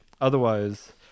otherwise